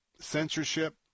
censorship